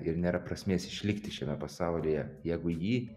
ir nėra prasmės išlikti šiame pasaulyje jeigu jį